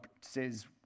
says